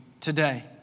today